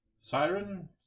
siren